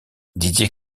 didier